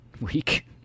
week